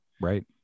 right